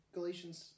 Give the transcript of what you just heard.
Galatians